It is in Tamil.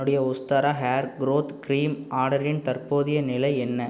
என்னுடைய உஸ்த்ரா ஹேர் க்ரோத் கிரீம் ஆர்டரின் தற்போதைய நிலை என்ன